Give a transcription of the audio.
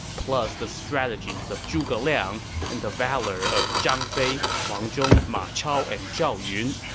plus the strategies of zhuge liang and the valor of zhang fei, huang zhong, ma chao, and zhao yun.